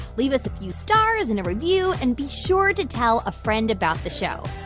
leave us a few stars and a review and be sure to tell a friend about the show.